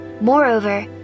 Moreover